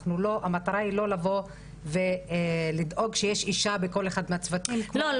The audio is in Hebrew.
המטרה היא לא לבוא ולדאוג שיש אישה בכל אחד מהצוותים --- לא,